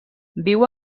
viu